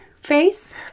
face